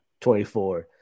24